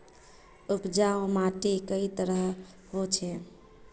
उपजाऊ माटी कई तरहेर होचए?